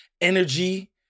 energy